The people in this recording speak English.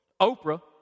Oprah